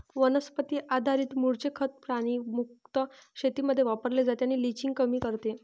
वनस्पती आधारित मूळचे खत प्राणी मुक्त शेतीमध्ये वापरले जाते आणि लिचिंग कमी करते